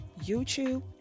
YouTube